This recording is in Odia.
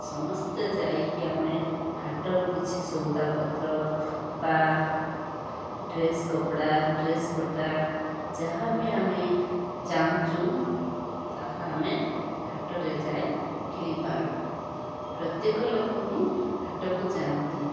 ସମସ୍ତେ ଯାଇକି ଆମେ ହାଟରୁ କିଛି ସଉଦା ପତ୍ର ବା ଡ୍ରେସ୍ କପଡ଼ା ଡ୍ରେସ୍ ପଟା ଯାହାବି ଆମେ ଚାହୁଁଛୁ ତାହା ଆମେ ହାଟରେ ଯାଇ କିଣିପାରୁ ପ୍ରତ୍ୟେକ ଲୋକ ହିଁ ହାଟକୁ ଯାଆନ୍ତି